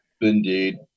indeed